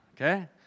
okay